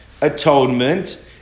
atonement